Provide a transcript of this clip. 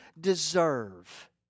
deserve